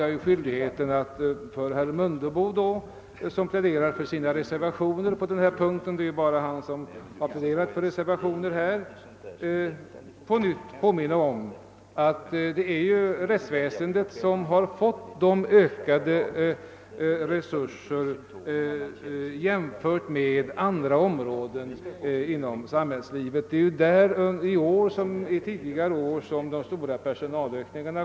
Jag finner mig då nödsakad att till herr Mundebo, som här pläderar för reservationerna vid denna punkt — han är den ende som gjort det — rikta en påminnelse om att det är just rättsväsendet som har fått ökade resurser, om vi jämför med andra områden av samhällslivet. Det är rättsväsendet som i år liksom tidigare år har fått de stora personalökningarna.